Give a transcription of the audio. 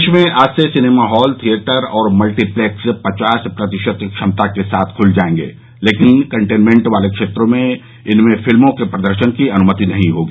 देश में आज से सिनेमाहॉल थियेटर और मल्टीप्लेक्स पचास प्रतिशत क्षमता के साथ खुल जायेंगे लेकिन कंटेनमेंट वाले क्षेत्रों में इनमें फिल्मों के प्रदर्शन की अनुमति नहीं होगी